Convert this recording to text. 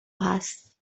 هست